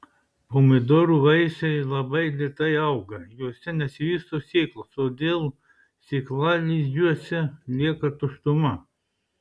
pomidorų vaisiai labai lėtai auga juose nesivysto sėklos todėl sėklalizdžiuose lieka tuštuma